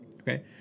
okay